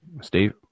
Steve